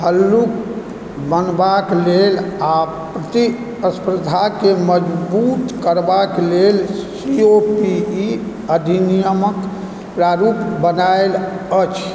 हलुक बनबाक लेल आ प्रतिस्पर्धाके मजबूत करबाक लेल ए ओ पी इ अधिनियमक प्रारुप बनायल अछि